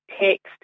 text